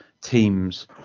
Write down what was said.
teams